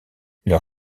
leur